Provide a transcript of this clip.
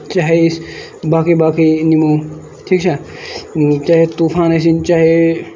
چاہے أسۍ باقی باقی نِمو ٹھیٖک چھا چاہے طوٗفان ٲسِنۍ چاہے